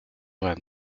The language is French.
vingt